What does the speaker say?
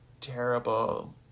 terrible